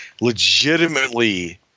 legitimately